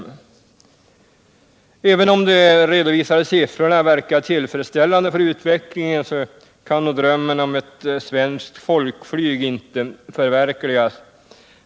Även om de redovisade siffrorna verkar tillfredsställande för utvecklingen kan nog drömmen om ett svenskt folkflyg inte förverkligas.